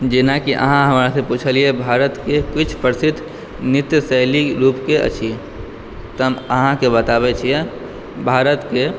जेनाकि अहाँ हमरासँ पुछलियै भारतके कुछ प्रसिद्ध नृत्य शैली लोकप्रिय अछि तऽ हम अहाँके बताबयै छियै भारतके